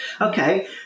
okay